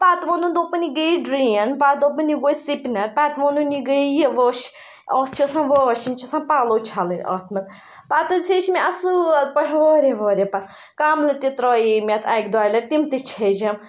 پَتہٕ ووٚنُن دوٚپُن یہِ گٔیٚے ڈرٛین پَتہٕ دوٚپُن یہِ گوے سِپنَر پَتہٕ ووٚنُن یہِ گٔیٚے یہِ واش اَتھ چھِ آسان واش یِم چھِ آسان پَلو چھَلٕنۍ اَتھ منٛز پَتہٕ حظ ہیٚچھ مےٚ اَصٕل پٲٹھۍ واریاہ واریاہ پَتہٕ کَملہٕ تہِ ترٛایے مےٚ اَتھ اَکہِ دۄیہِ لَٹہِ تِم تہِ چھیٚجَم